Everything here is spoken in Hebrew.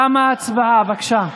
תמה ההצבעה, בבקשה.